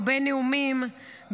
הרבה נאומים,